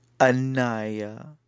Anaya